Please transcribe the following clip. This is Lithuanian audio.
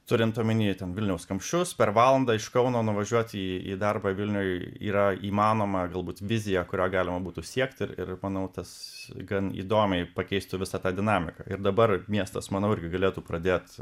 turint omenyje ten vilniaus kamščius per valandą iš kauno nuvažiuoti į į darbą vilniuj yra įmanoma galbūt vizija kurio galima būtų siekti ir ir manau tas gan įdomiai pakeistų visą tą dinamiką ir dabar miestas manau irgi galėtų pradėt